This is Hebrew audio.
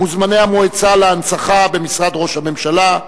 מוזמני המועצה להנצחה במשרד ראש הממשלה,